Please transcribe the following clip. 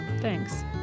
Thanks